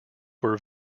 were